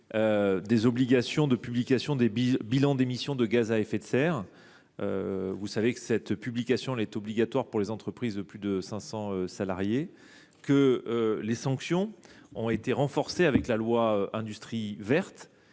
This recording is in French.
des obligations de publication des bilans d’émissions de gaz à effet de serre. Cette publication est obligatoire pour les entreprises de plus de 500 salariés. En outre, les sanctions ont été renforcées par la loi n° 2023